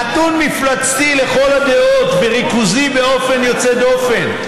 נתון מפלצתי לכל הדעות וריכוזי באופן יוצא דופן.